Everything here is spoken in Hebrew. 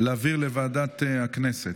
להעביר לוועדת הכנסת?